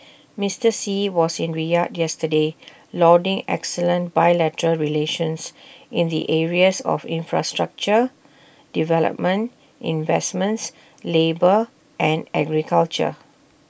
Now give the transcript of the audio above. Mister Xi was in Riyadh yesterday lauding excellent bilateral relations in the areas of infrastructure development investments labour and agriculture